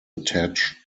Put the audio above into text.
attached